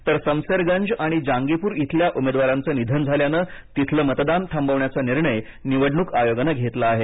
तर समसेरगंज आणि जांगीपूर इथल्या उमेदवाराचं निधन झाल्यानं तिथलं मतदान थांबवण्याचा निर्णय निवडणूक आयोगानं घेतला आहे